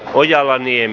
hujalan jim